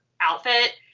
outfit